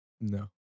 No